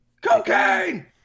Cocaine